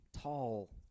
tall